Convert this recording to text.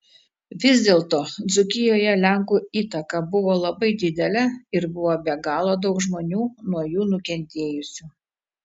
vis dėlto dzūkijoje lenkų įtaka buvo labai didelė ir buvo be galo daug žmonių nuo jų nukentėjusių